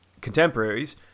contemporaries